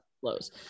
flows